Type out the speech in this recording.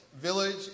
village